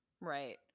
Right